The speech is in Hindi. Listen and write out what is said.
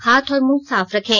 हाथ और मुंह साफ रखें